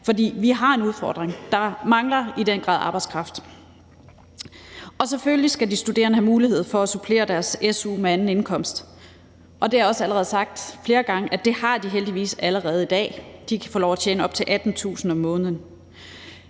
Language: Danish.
For vi har en udfordring: Der mangler i den grad arbejdskraft. Og selvfølgelig skal de studerende have mulighed for at supplere deres su med anden indkomst, og det er også blevet sagt flere gange, at det har de heldigvis allerede i dag. De kan få lov til at tjene op til 18.000 kr. om måneden.